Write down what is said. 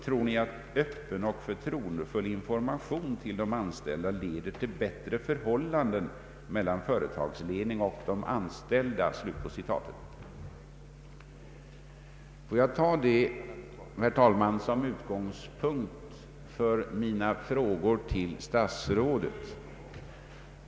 Tror ni att öppen och förtroendefull information till de anställda leder till bättre förhållanden mellan företagsledning och de anställda? Låt mig, herr talman, ta detta som utgångspunkt för mina frågor till statsrådet.